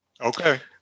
Okay